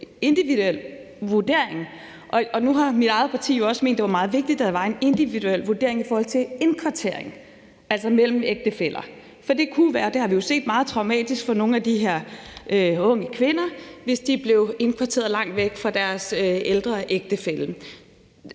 individuel vurdering. Og nu har mit eget parti jo også ment, det var meget vigtigt, at der var en individuel vurdering i forhold til indkvartering, altså mellem ægtefæller, for det kunne være – det har vi jo set – meget traumatisk for nogle af de her unge kvinder, hvis de blev indkvarteret langt væk fra deres ældre ægtefælle.